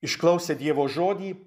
išklausę dievo žodį